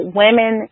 women